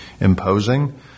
imposing